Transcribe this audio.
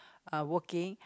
uh working